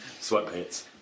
Sweatpants